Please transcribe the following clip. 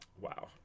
Wow